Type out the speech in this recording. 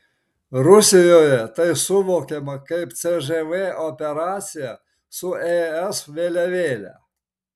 rusijoje tai suvokiama kaip cžv operacija su es vėliavėle